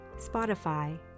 Spotify